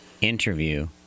interview